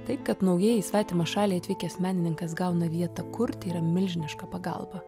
tai kad naujai į svetimą šalį atvykęs menininkas gauna vietą kurti yra milžiniška pagalba